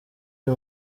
uyu